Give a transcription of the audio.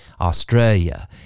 Australia